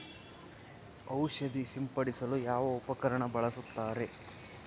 ಔಷಧಿ ಸಿಂಪಡಿಸಲು ಯಾವ ಉಪಕರಣ ಬಳಸುತ್ತಾರೆ?